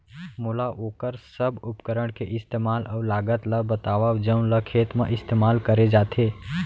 मोला वोकर सब उपकरण के इस्तेमाल अऊ लागत ल बतावव जउन ल खेत म इस्तेमाल करे जाथे?